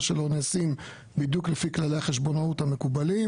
שלו נעשים בדיוק לפי כללי החשבונאות המקובלים,